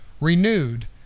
renewed